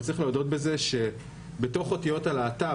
צריך גם להודות בזה שבתוך אותיות הלהט"ב,